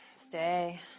stay